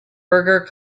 berger